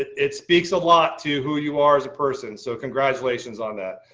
it speaks a lot to who you are as a person, so congratulations on that.